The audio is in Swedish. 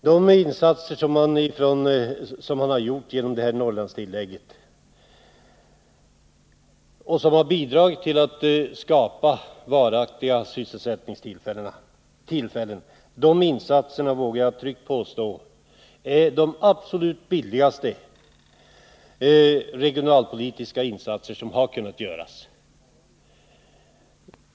De insatser som har kunnat göras med hjälp av Norrlandstillägget och som bidragit till att skapa varaktiga sysselsättningstillfällen är, det vågar jag tryggt påstå, de absolut billigaste regionalpolitiska insatser som har kunnat göras.